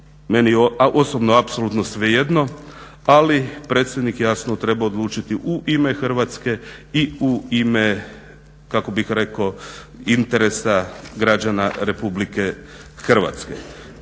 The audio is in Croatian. Meni osobno apsolutno svejedno, ali predsjednik jasno treba odlučiti u ime Hrvatske i u ime, kako bih rekao, interesa građana RH.